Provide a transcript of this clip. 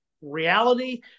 reality